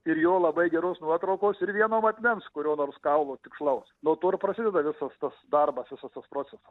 ir jau labai geros nuotraukos ir vieno matmens kurio nors kaulo tikslaus nuo to ir prasideda visos tos darbas visos proceso